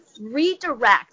redirect